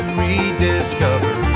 rediscover